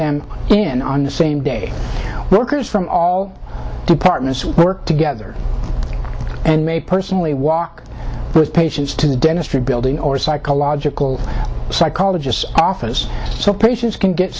them in on the same day workers from all departments work together and may personally walk with patients to the dentistry building or psychological psychologists office so patients can get